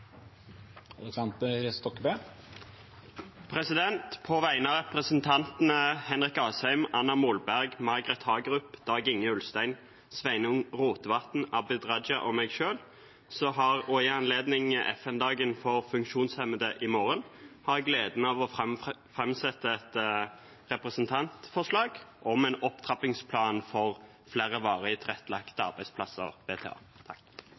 På vegne av representantene Henrik Asheim, Anna Molberg, Margret Hagerup, Dag-Inge Ulstein, Sveinung Rotevatn, Abid Raja og meg selv – og i anledning FN-dagen for funksjonshemmede i morgen – har jeg gleden av å framsette et representantforslag om en opptrappingsplan for flere varig tilrettelagte